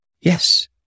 Yes